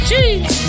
Jeez